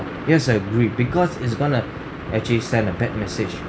yes I agree because it's going to actually send a bad message